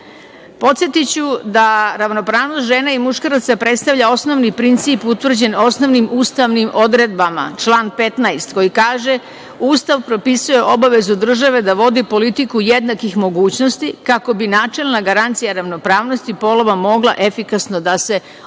Srbiji. Podsetiću da ravnopravnost žena i muškaraca predstavlja osnovni princip utvrđen osnovnim ustavnim odredbama člana 15. koji kaže – Ustav propisuje obavezu drže da vodi politiku jednakih mogućnosti kako bi načelna garancija ravnopravnosti polova mogla efikasno da se